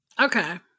Okay